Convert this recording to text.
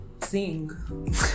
sing